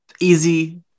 easy